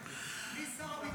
מי שר הביטחון עכשיו?